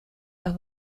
los